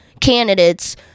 candidates